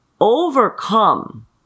overcome